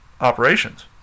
operations